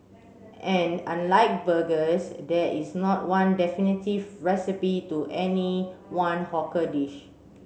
and unlike burgers there is not one definitive recipe to any one hawker dish